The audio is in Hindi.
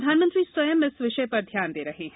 प्रधानमंत्री स्वयं इस विषय पर ध्यान दे रहे हैं